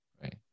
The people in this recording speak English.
Right